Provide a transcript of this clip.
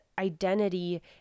Identity